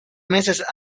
meses